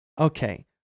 Okay